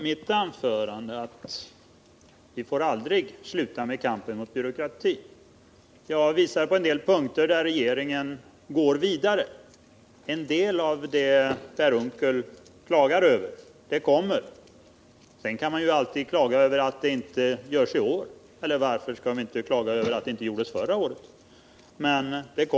Herr talman! Jag sade i mitt anförande att vi aldrig får sluta med kampen mot byråkratin. Jag har visat på en del punkter där regeringen går vidare. En del av det som Per Unckel klagar över kommer. Sedan kan man alltid klaga över att det inte görs i år, och varför skall man inte klaga över att det inte gjordes förra året.